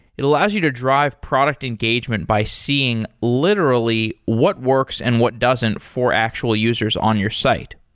it allows you to drive product engagement by seeing literally what works and what doesn't for actual users on your site.